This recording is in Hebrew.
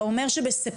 אתה אומר בספטמבר,